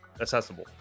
accessible